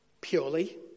purely